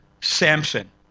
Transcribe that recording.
Samson